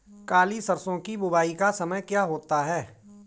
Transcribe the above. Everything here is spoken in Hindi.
काली सरसो की बुवाई का समय क्या होता है?